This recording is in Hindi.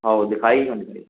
हओ दिखाइएगा